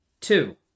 Two